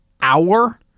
hour